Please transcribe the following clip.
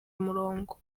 umurongo